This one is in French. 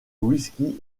whisky